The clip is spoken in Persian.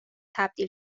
تبدیل